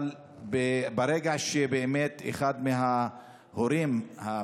אבל ברגע שבאמת אחד מההורים רצח,